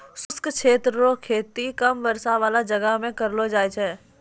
शुष्क क्षेत्र रो खेती कम वर्षा बाला जगह मे करलो जाय छै